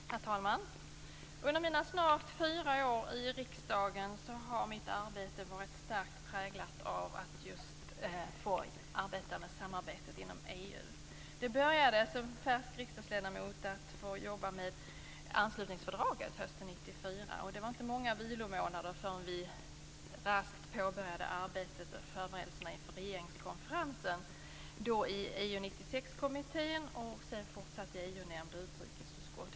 Herr talman! Under mina snart fyra år i riksdagen har mitt arbete varit starkt präglat av samarbetet inom EU. Det började med att jag som färsk riksdagsledamot fick jobba med anslutningsfördraget hösten 1994. Det var inte många vilomånader förrän vi raskt påbörjade arbetet och förberedelserna inför regeringskonferensen i EU 96-kommittén, och sedan fortsatte det i EU-nämnden och utrikesutskottet.